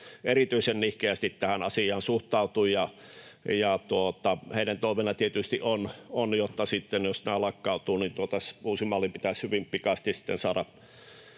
erityisen nihkeästi tähän asiaan suhtautuivat. Heidän toiveenaan tietysti on, että jos nämä lakkautuvat, niin uusi malli pitäisi hyvin pikaisesti